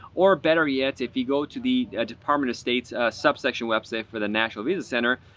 or better yet, if you go to the department of state's subsection website for the national visa center,